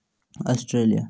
Australia